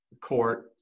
court